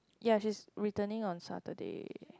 ya she's returning on Saturday